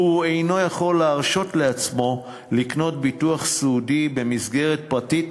והוא אינו יכול להרשות לעצמו לקנות ביטוח סיעודי במסגרת פרטית.